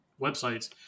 websites